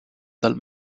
dal